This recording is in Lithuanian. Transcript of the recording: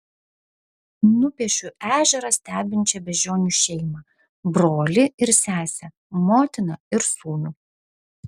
nupiešiu ežerą stebinčią beždžionių šeimą brolį ir sesę motiną ir sūnų